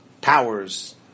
powers